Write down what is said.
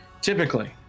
Typically